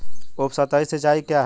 उपसतही सिंचाई क्या है?